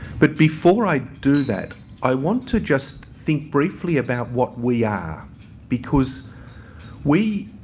but, before i do that i want to just think briefly about what we are because we,